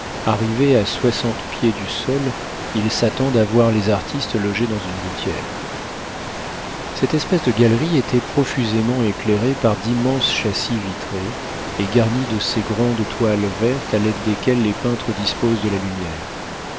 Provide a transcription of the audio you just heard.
arrivés à soixante pieds du sol ils s'attendent à voir les artistes logés dans une gouttière cette espèce de galerie était profusément éclairée par d'immenses châssis vitrés et garnis de ces grandes toiles vertes à l'aide desquelles les peintres disposent de la lumière